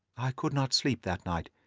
i could not sleep that night.